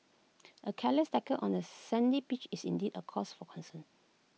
A careless tackle on A sandy pitch is indeed A cause for concern